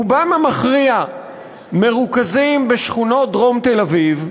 רובם המכריע מרוכזים בשכונות דרום תל-אביב,